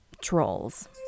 trolls